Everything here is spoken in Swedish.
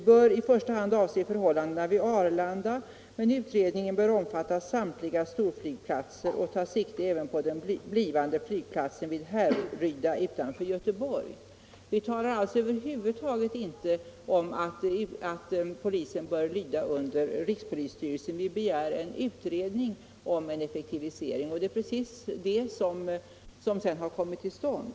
I första hand bör övervägandena avse förhållandena vid Arlanda, men utredningen bör omfatta samtliga storflygplatser och även ta sikte på den blivande flygplatsen vid Härryda utanför Göteborg.” Vi talar alltså över huvud taget inte om att flygplatspolisen bör lyda under rikspolisstyrelsen. Vi begär en utredning om en effektivisering, och det är precis det som har kommit till stånd.